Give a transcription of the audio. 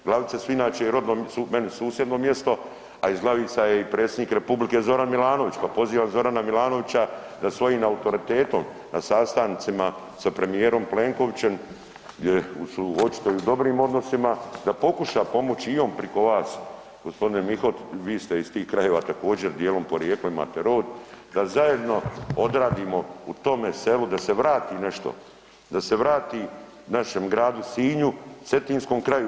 Glavice su inače meni susjedno mjesto, a iz Glavica je i predsjednik Republike Zoran Milanović, pa pozivam Zorana Milanovića da svojim autoritetom na sastancima sa premijerom Plenkovićem gdje su očito u dobrim odnosima da pokuša pomoći i on priko vas gospodine Mihotić vi ste iz tih krajeva također dijelom porijekla imate rod, da zajedno odradimo u tome selu da se vrati nešto, da se vrati našem Gradu Sinju, Cetinskom kraju.